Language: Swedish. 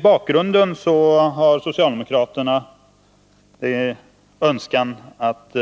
I bakgrunden har socialdemokraterna sin önskan att